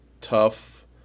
tough